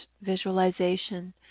visualization